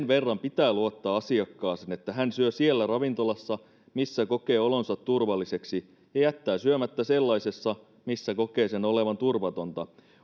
verran pitää luottaa asiakkaaseen että hän syö siellä ravintolassa missä kokee olonsa turvalliseksi ja jättää syömättä sellaisessa missä kokee sen olevan turvatonta